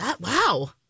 Wow